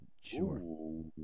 Sure